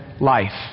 life